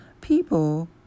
people